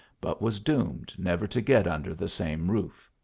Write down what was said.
but was doomed. never to get under the same roof.